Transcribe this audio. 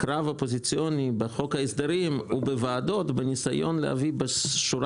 הקרב האופוזיציוני בחוק ההסדרים הוא בוועדות בניסיון להביא בשורה